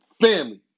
family